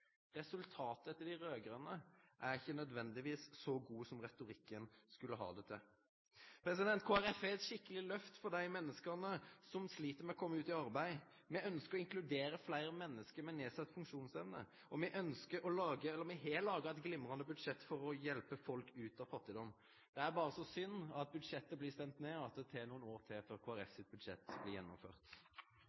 Resultatet etter dei raud-grøne er ikkje nødvendigvis så godt som retorikken skal ha det til. Kristeleg Folkeparti vil gi eit skikkeleg lyft for dei menneska som slit med å kome ut i arbeid. Me ønskjer å inkludere fleire menneske med nedsett funksjonsevne, og me har laga eit glimrande budsjett for å hjelpe folk ut av fattigdom. Det er berre så synd at budsjettet blir stemt ned, og at det tek nokre år til før Kristeleg Folkeparti sitt budsjett blir gjennomført.